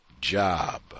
job